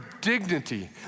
dignity